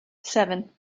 seven